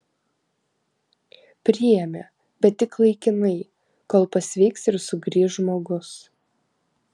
priėmė bet tik laikinai kol pasveiks ir sugrįš žmogus